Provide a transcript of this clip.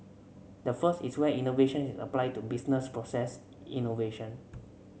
the first is where innovation is applied to business process innovation